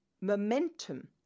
momentum